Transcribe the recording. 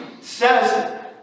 says